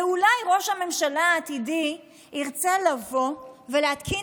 ואולי ראש הממשלה העתידי ירצה לבוא ולהתקין